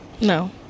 No